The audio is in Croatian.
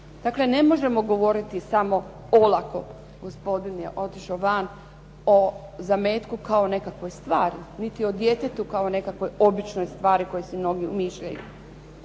Dakle, ne možemo govoriti samo olako gospodin je otišao van o zametku kao nekakvoj stvari, niti o djetetu kao nekakvoj običnoj stvari koji si mnogi umišljaju.